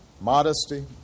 modesty